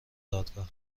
دادگاه